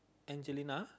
Angelina